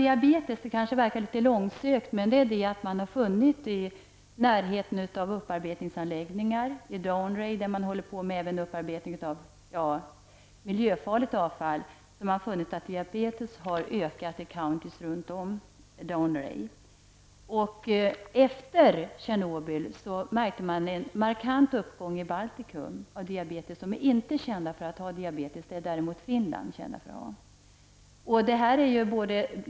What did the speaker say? Det verkar kanske litet långsökt att fråga om diabetes, men orsaken är den att man i närheten av upparbetningsanläggningar -- t.ex. vid Dounreay där man håller på med upparbetning av miljöfarligt avfall -- har funnit att diabetes har ökat i omfattning. Efter Tjernobylolyckan märkte man en markant uppgång av diabetes i Baltikum. I Baltikum är människorna inte kända för att ha diabetes, i motsats till vad som är fallet med Finland.